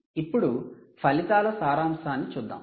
ఇప్పుడు ఫలితాల సారాంశాన్ని చూద్దాం